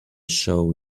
show